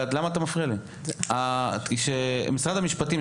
כשמשרד המשפטים,